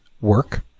work